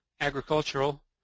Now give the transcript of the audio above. agricultural